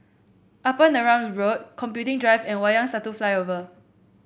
Upper Neram Road Computing Drive and Wayang Satu Flyover